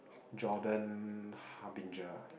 Jordan-Harbinger